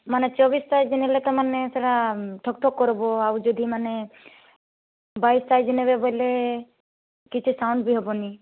ମାନେ ଚବିଶ ସାଇଜ୍ ନେଲେ ତାମାନେ ସେଇଟା ଠକ୍ ଠକ୍ କରିବ ଆଉ ଯଦି ମାନେ ବାଇଶ ସାଇଜ୍ ନେବେ ବୋଇଲେ କିଛି ସାଉଣ୍ଡ ବି ହେବନି